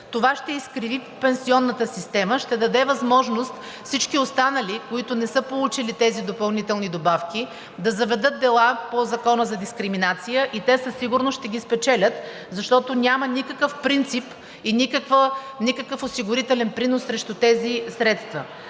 Това ще изкриви пенсионната система. Ще даде възможност всички останали, които не са получили тези допълнителни добавки, да заведат дела по Закона за дискриминация и със сигурност ще ги спечелят, защото няма никакъв принцип и никакъв осигурителен принос срещу тези средства.